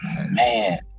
Man